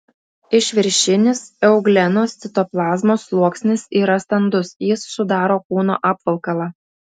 išviršinis euglenos citoplazmos sluoksnis yra standus jis sudaro kūno apvalkalą